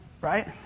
right